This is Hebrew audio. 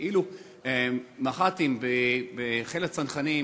כאילו מח"טים בחיל הצנחנים